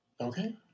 Okay